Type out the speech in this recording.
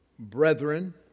Brethren